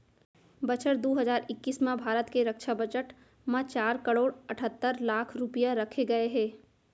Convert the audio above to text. बछर दू हजार इक्कीस म भारत के रक्छा बजट म चार करोड़ अठत्तर लाख रूपया रखे गए हे